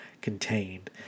contained